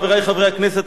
חברי חברי הכנסת,